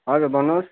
हजुर भन्नु होस्